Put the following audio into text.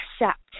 accept